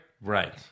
Right